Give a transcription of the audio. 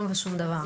כלום ושום דבר.